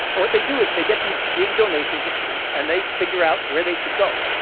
and what they do is they get these big donations of food, and they figure out where they should go.